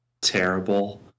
terrible